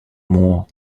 more